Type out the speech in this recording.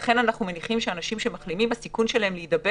ולכן אנחנו מניחים שהסיכוי להידבק